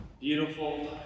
beautiful